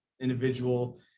individual